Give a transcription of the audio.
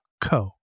co